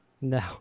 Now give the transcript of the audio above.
No